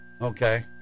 Okay